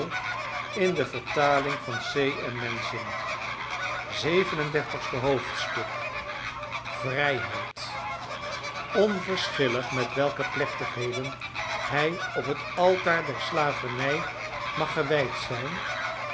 hoofdstuk vrijheid onverschillig met welke plechtigheden hij op het altaar der slavernij mag gewijd zijn